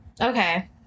okay